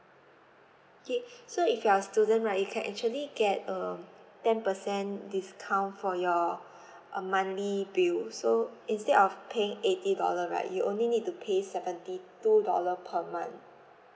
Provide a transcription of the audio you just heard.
okay so if you are student right you can actually get a ten percent discount for your uh monthly bill so instead of paying eighty dollar right you only need to pay seventy two dollar per month